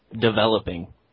developing